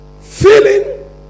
Feeling